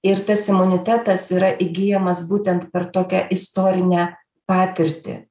ir tas imunitetas yra įgyjamas būtent per tokią istorinę patirtį